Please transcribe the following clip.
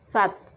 सात